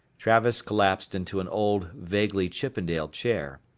travis collapsed into an old, vaguely chippendale chair.